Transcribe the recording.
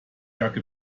jacke